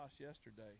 yesterday